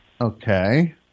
Okay